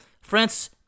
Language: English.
France